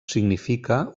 significa